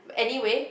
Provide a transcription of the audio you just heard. anyway